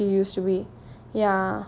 like as close as she used to be ya